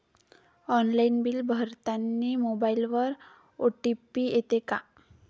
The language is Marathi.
ऑनलाईन बिल भरतानी मोबाईलवर ओ.टी.पी येते का?